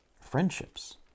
friendships